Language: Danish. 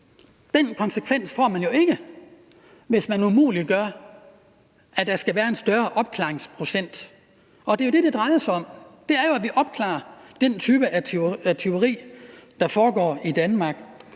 Den konsekvens får man jo ikke, hvis man umuliggør, at der skal være en større opklaringsprocent, og det er jo det, det drejer sig om, altså at vi opklarer den type af tyverier, der foregår i Danmark.